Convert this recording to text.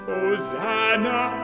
Hosanna